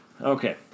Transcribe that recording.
Okay